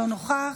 אינו נוכח,